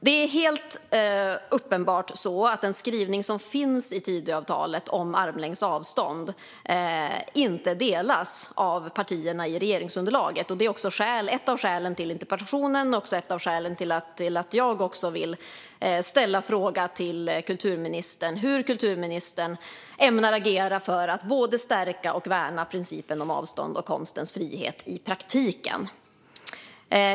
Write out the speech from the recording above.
Det är helt uppenbart så att den skrivning som finns i Tidöavtalet om armlängds avstånd inte delas av partierna i regeringsunderlaget, och det är också ett av skälen till interpellationen och ett av skälen till att även jag vill ställa frågan till kulturministern hur hon ämnar agera för att både stärka och värna principen om armlängds avstånd och konstens frihet i praktiken.